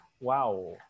wow